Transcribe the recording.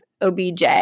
OBJ